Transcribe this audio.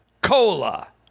Cola